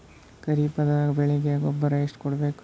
ಖರೀಪದ ಬೆಳೆಗೆ ಗೊಬ್ಬರ ಎಷ್ಟು ಕೂಡಬೇಕು?